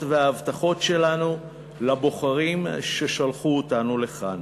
וההבטחות שלנו לבוחרים ששלחו אותנו לכאן,